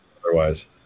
otherwise